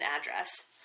address